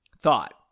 thought